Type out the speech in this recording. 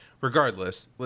regardless